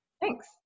thanks